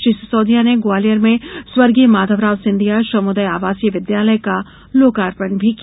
श्री सिसोदिया ने ग्वालियर में स्वर्गीय माधवराव सिंधिया श्रमोदय आवासीय विद्यालय का लोकार्पण भी किया